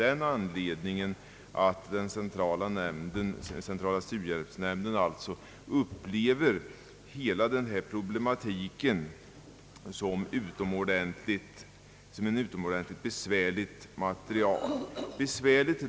Centrala studiehjälpsnämnden upplever nämligen hela denna problematik som utomordentligt besvärlig.